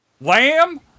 Lamb